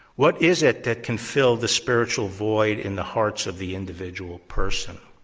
what is it that can fill the spiritual void in the hearts of the individual person?